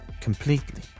completely